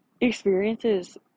experiences